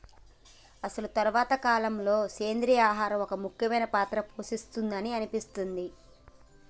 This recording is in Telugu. అసలు తరువాతి కాలంలో, సెంద్రీయ ఆహారం ఒక ముఖ్యమైన పాత్ర పోషిస్తుంది అని అనిపిస్తది